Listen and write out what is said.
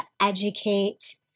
educate